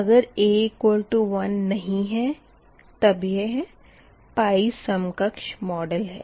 अगर a1 नही है तब यह समकक्ष मोडेल है